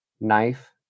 knife